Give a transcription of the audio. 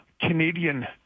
Canadian